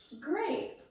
Great